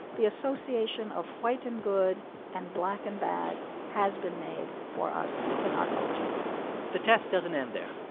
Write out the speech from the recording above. the association of white and good and black and bad has been made for us in our culture the test doesn't end there.